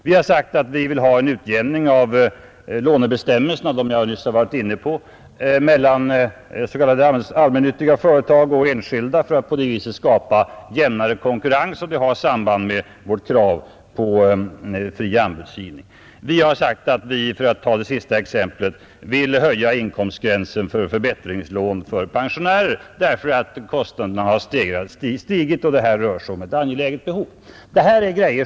Vi har sagt att vi vill ha en utjämning av lånebestämmelserna mellan s.k. allmännyttiga företag och enskilda företag för att på det viset öka konkurrensen. Och det har samband med vårt krav på fri anbudsgivning. Vi har sagt att vi, för att ta det sista exemplet, vill höja inkomstgränsen för förbättringslån för pensionärer därför att kostnaderna har stigit och det här rör sig om ett socialt angeläget behov.